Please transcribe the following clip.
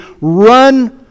run